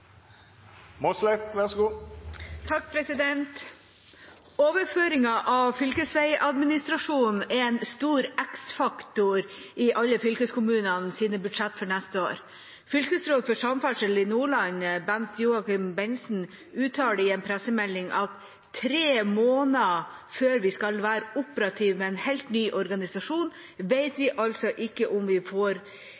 en stor x-faktor i alle fylkeskommunene sine budsjett for neste år. Fylkesråd for samferdsel i Nordland, Bent-Joacim Bentzen, uttaler i en pressemelding: «Tre måneder før vi skal være operativ med en helt ny organisasjon, vet